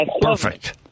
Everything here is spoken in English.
Perfect